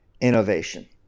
innovation